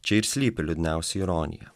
čia ir slypi liūdniausia ironija